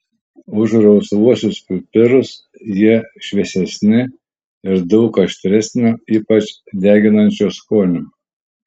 už rausvuosius pipirus jie šviesesni ir daug aštresnio ypač deginančio skonio